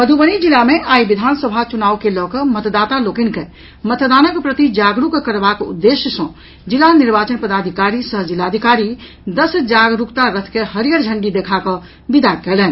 मधुबनी जिला मे आई विधानसभा चुनाव के लऽ कऽ मतदाता लोकनि के मतदानक प्रति जागरूक करबाक उद्देश्य सँ जिला निर्वाचन पदाधिकारी सह जिलाधिकारी दस जागरूकता रथ के हरियर झंडी देखा कऽ विदा कयलनि